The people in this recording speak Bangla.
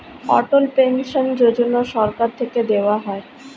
অটল পেনশন যোজনা সরকার থেকে দেওয়া হয়